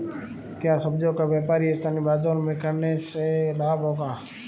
क्या सब्ज़ियों का व्यापार स्थानीय बाज़ारों में करने से लाभ होगा?